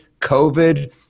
COVID